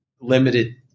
limited